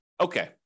okay